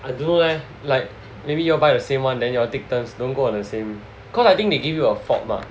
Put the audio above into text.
I don't know leh like maybe you all buy the same one then you all take turns don't go on the same cause I think they give you a fob mark